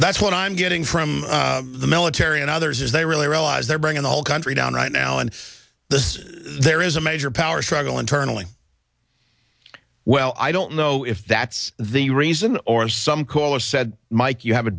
that's what i'm getting from the military and others is they really realize they're bringing the whole country down right now and this is there is a major power struggle internally well i don't know if that's the reason or some caller said mike you have it